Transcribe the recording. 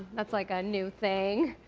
that's like a new thing.